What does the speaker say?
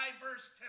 diverse